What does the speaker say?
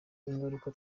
ingaruka